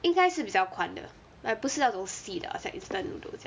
应该是比较宽的 like 不是那种细的好像 instant noodle 这样